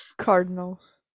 Cardinals